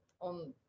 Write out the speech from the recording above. on